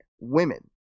women